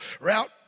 route